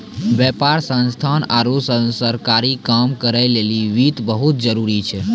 व्यापार संस्थान आरु सरकारी काम करै लेली वित्त बहुत जरुरी छै